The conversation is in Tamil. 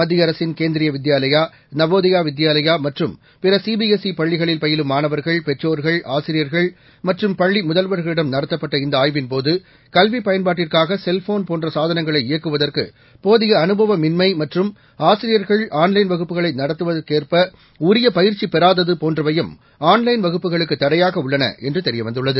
மத்திய அரசின் கேந்திரிய வித்யாலயா நவோதயா வித்யாலயா மற்றும் பிற சிபிஎஸ்ஈ பள்ளிகளில் பயிலும் மாணவர்கள் பெற்றோர்கள் ஆசிரியர்கள் மற்றம் பள்ளி முதல்வர்களிடம் நடத்தப்பட்ட இந்த ஆய்வின்போது கல்வி பயன்பாட்டிற்காக செல்ஃபோன் போன்ற சாதனங்களை இயக்குவதற்கு போதிய அனுபவமின்மை மற்றும் ஆசிரியர்கள் ஆன்லைன் வகுப்புகளை நடத்துவதற்கேற்ப உரிய பயிற்சி பெறாதது போன்றவையும் ஆன்லைன் வகுப்புகளுக்கு தடையாக உள்ளன என்று தெரியவந்துள்ளது